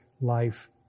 life